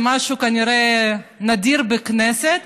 זה כנראה משהו נדיר בכנסת.